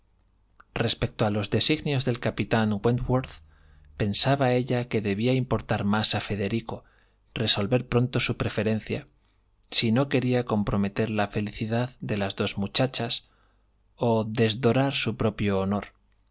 respecto a los designios del capitán wentworth pensaba ella que debía importar más a federico resolver pronto su preferencia si no quería comprometer ja felicidad de las dos muchachas o desdorar su propio honor